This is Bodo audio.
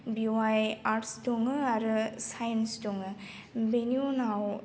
बेवहाय आर्टस दङो आरो साइन्स दङो बेनि उनाव